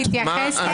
תתייחס לאלקין.